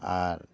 ᱟᱨ